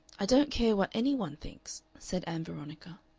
i don't care what any one thinks, said ann veronica.